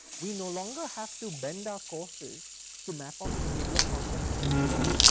we no longer have to bend our courses to map on to the table of contents of a textbooks.